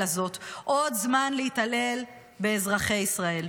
הזאת עוד זמן להתעלל באזרחי ישראל.